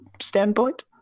standpoint